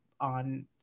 on